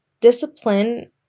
discipline